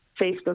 Facebook